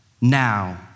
now